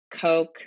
Coke